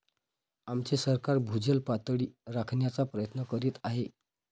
आमचे सरकार भूजल पातळी राखण्याचा प्रयत्न करीत आहे